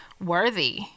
worthy